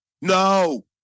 No